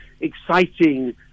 exciting